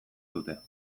dute